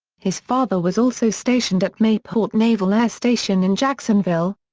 his father was also stationed at mayport naval air station in jacksonville,